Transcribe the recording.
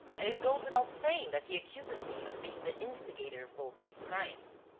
and it goes without saying that he accuses me of being the instigator of both these crimes.